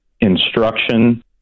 instruction